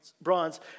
bronze